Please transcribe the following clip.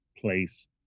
place